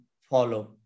follow